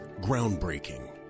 Groundbreaking